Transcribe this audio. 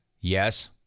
Yes